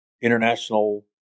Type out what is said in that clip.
international